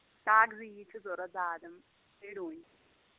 کاگزی چھِ ضوٚرَتھ بادَم بیٚیہِ ڈوٗنۍ